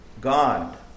God